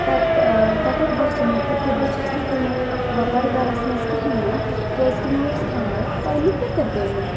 تَت تَتٮ۪تھ باسیو مےٚ تہِ کہِ بہٕ چھَس نہٕ کُنہِ وۄپَر گَرَس منٛز کِہیٖنۍ نہٕ کیازکہِ مےٚ اوس خانٛدَر پَننہِ پِتٕر بیٚنہِ